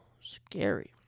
scary